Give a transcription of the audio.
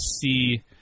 see